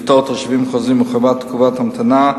לפטור תושבים חוזרים מחובת תקופת ההמתנה,